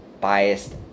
biased